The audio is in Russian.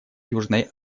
южной